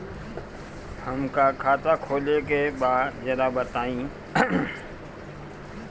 हमका खाता खोले के बा जरा बताई?